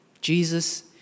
Jesus